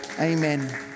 Amen